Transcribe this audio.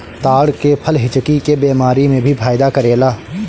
ताड़ के फल हिचकी के बेमारी में भी फायदा करेला